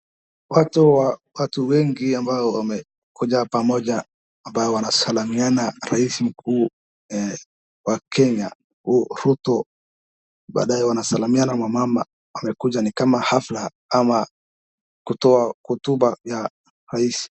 Watu wengi ambao wamekuja pamoja ambao wanasalimiana rais mkuu wa kenya Ruto. Baadaye wanasalimiana na mama amekuja ni kama hafla ama kutoa hutuba ya rais.